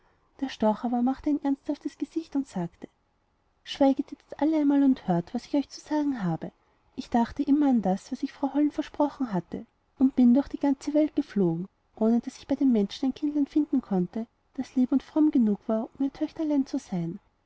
der storch aber machte ein ernsthaftes gesicht und sagte schweiget jetzt alle einmal und hört was ich euch zu sagen habe ich dachte immer an das was ich frau hollen versprochen hatte und bin durch die ganze welt geflogen ohne daß ich bei den menschen ein kindlein finden konnte das lieb und fromm genug war um ihr töchterlein zu sein